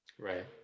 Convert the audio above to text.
right